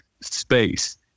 space